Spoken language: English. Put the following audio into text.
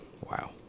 wow